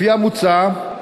לפי המוצע,